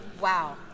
Wow